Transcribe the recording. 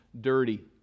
dirty